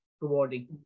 rewarding